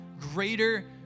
greater